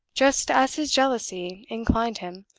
just as his jealousy inclined him,